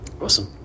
Awesome